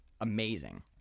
amazing